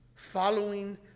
following